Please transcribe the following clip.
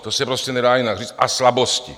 To se prostě nedá jinak říct, a slabosti.